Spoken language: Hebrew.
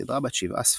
סדרה בת שבעה ספרים.